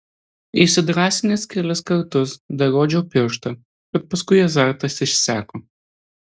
įsidrąsinęs kelis kartus dar rodžiau pirštą bet paskui azartas išseko